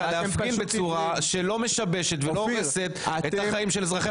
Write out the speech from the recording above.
להפגין בצורה שלא משבשת ולא הורסת את החיים של אזרחי המדינה.